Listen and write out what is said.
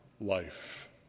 life